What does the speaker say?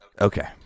Okay